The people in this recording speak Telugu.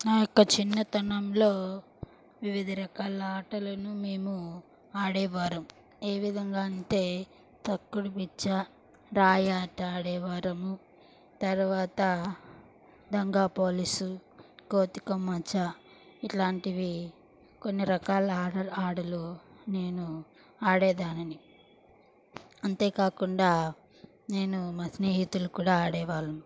నా యొక్క చిన్నతనంలో వివిధ రకాల ఆటలను మేము ఆడే వారం ఏ విధంగా అంటే తొక్కుడు పిచ్చ రాయి ఆట ఆడే వాళ్ళం తర్వాత దొంగ పోలీసు కోతికొమ్మచ్చి ఇట్లాంటివి కొన్ని రకాల ఆడాల ఆటలు నేను ఆడే దానిని అంతేకాకుండా నేను మా స్నేహితులు కూడా ఆడేవాళ్ళం